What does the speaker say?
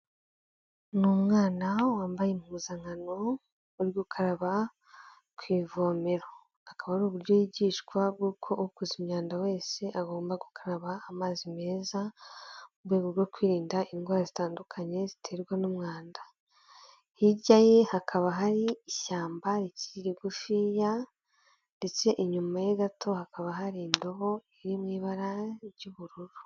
Ni umwana wambaye impuzankano uri gukaraba ku ivomero, akaba ari uburyo yigishwa bwo koza imyanda wese agomba gukaraba amazi meza mu rwego rwo kwirinda indwara zitandukanye ziterwa n'umwanda, hirya ye hakaba hari ishyamba rikiri rigufiya, ndetse inyuma ye gato hakaba hari indobo iri mu ibara ry'ubururu.